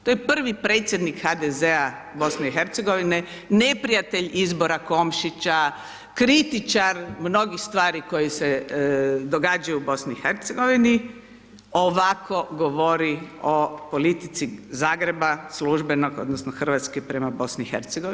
To je prvi predsjednik HDZ-a BiH neprijatelj izbora Komšića, kritičar mnogih stvari koje se događaju u BiH ovako govori o politici Zagreba službenog odnosno RH prema BiH.